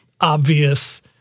obvious